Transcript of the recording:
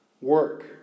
work